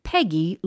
Peggy